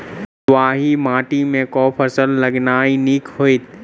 बलुआही माटि मे केँ फसल लगेनाइ नीक होइत?